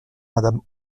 madame